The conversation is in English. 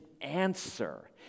answer